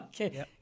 Okay